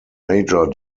major